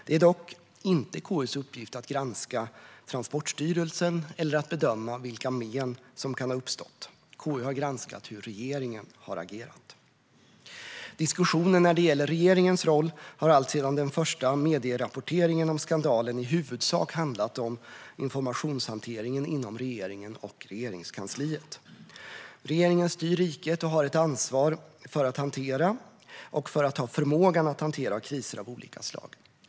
Det är dock inte KU:s uppgift att granska Transportstyrelsen eller att bedöma vilka men som kan ha uppstått. KU har granskat hur regeringen har agerat. Diskussionen när det gäller regeringens roll har alltsedan den första medierapporteringen om skandalen i huvudsak handlat om informationshanteringen inom regeringen och Regeringskansliet. Regeringen styr riket och har ett ansvar för att hantera och för att ha förmåga att hantera kriser av olika slag.